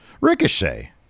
Ricochet